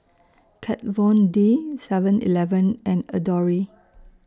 Kat Von D Seven Eleven and Adore